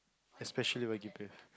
especially wagyu beef